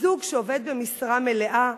זוג שעובד במשרה מלאה,